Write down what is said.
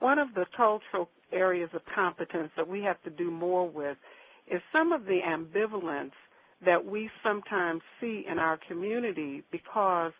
one of the cultural areas of competence that we have to do more with is some of the ambivalence that we sometimes see in our communities because